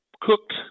cooked